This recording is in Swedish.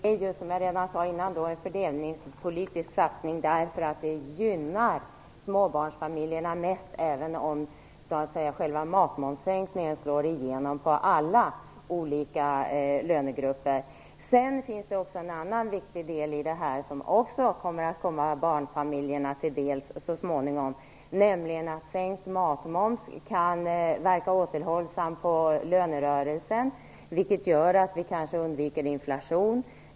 Fru talman! Som jag sade innan är det en fördelningspolitisk satsning därför att den gynnar småbarnsfamiljerna mest, även om själva matmomssänkningen slår igenom för alla olika lönegrupper. Det finns också en annan viktig del i detta som kommer att komma barnfamiljerna till del så småningom, nämligen att sänkt matmoms kan verka återhållsamt på lönerörelsen. Det gör att vi kanske undviker inflation.